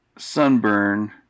Sunburn